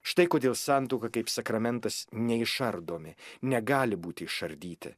štai kodėl santuoka kaip sakramentas neišardomi negali būti išardyti